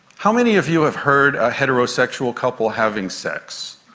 how many of you have heard a heterosexual couple having sex?